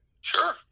Sure